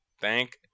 Thank